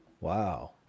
Wow